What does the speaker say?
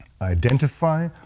identify